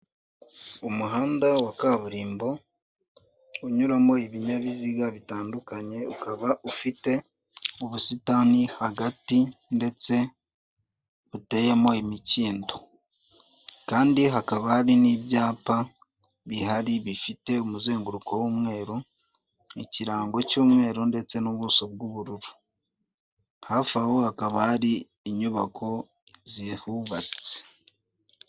Umuhanda wa kaburimbo unyuramo ibinyabiziga bitandukanye ukaba ufite ubusitani hagati ndetse buteyemo imikindo kandi hakaba hari n'ibyapa bihari bifite umuzenguruko w'umweru, ikirango cy'umweru ndetse n'ubuso bw'ubururu, hafi aho hakaba hari inyubako zihubatse.